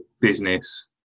business